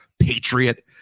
patriot